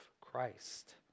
Christ